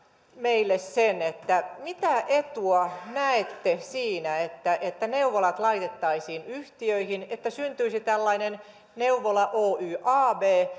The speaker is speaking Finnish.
meille mitä etua näette siinä että neuvolat laitettaisiin yhtiöihin että syntyisi tällainen neuvola oy ab